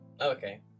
okay